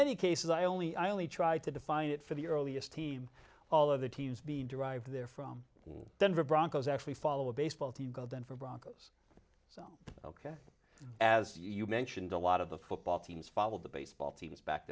many cases i only i only tried to define it for the earliest team all of the teams being derived there from denver broncos actually follow a baseball team go denver broncos ok as you mentioned a lot of the football teams followed the baseball teams back